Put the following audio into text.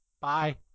Bye